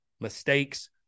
mistakes